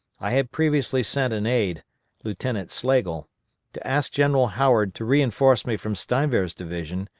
i had previously sent an aide lieutenant slagle to ask general howard to reinforce me from steinwehr's division,